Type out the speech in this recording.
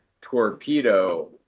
torpedo